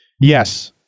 Yes